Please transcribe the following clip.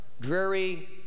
dreary